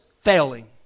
failing